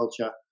culture